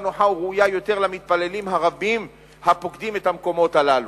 נוחה וראויה יותר למתפללים הרבים הפוקדים את המקומות הללו.